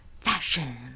Fashion